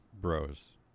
bros